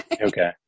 Okay